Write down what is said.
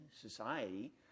society